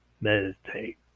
meditate